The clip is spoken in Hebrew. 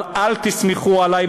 אבל אל תסמכו עלי,